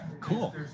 Cool